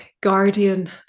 guardian